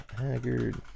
haggard